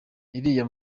iriya